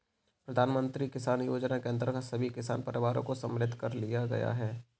प्रधानमंत्री किसान योजना के अंतर्गत सभी किसान परिवारों को सम्मिलित कर लिया गया है